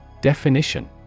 Definition